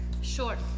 Short